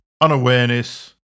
Unawareness